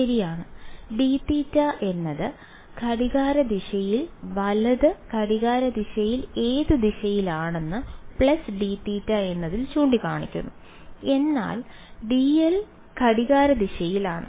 ശരിയാണ് dθ എന്നത് ഘടികാരദിശയിൽ വലത് ഘടികാരദിശയിൽ ഏത് ദിശയിലാണെന്ന് dθ എന്നതിൽ ചൂണ്ടിക്കാണിക്കുന്നു എന്നാൽ dl ഘടികാരദിശയിലാണ്